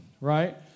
right